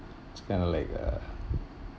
it's kind of like uh